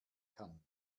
kann